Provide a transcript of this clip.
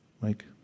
Mike